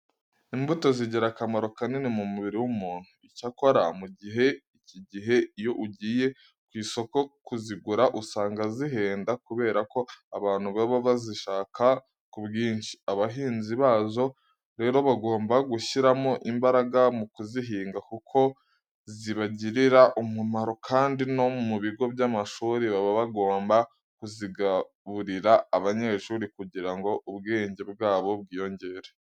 Imbuto zigira akamaro kanini mu mubiri w'umuntu. Icyakora muri iki gihe iyo ugiye ku isoko kuzigura usanga zihenda kubera ko abantu baba bazishaka ku bwinshi. Abahinzi bazo rero bagomba gushyiramo imbaraga mu kuzihiga kuko zibagirira umumaro kandi no mu bigo by'amashuri baba bagomba kuzigaburira abanyeshuri kugira ngo ubwenge bwabo bwiyongere.